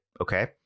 Okay